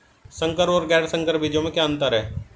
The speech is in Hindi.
संकर और गैर संकर बीजों में क्या अंतर है?